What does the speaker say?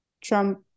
Trump